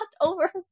over